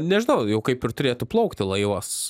nežinau jau kaip ir turėtų plaukti laivas